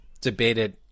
debated